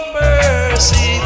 mercy